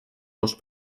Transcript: dos